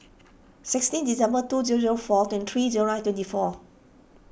sixteen December two zero zero four twenty three zero nine twenty four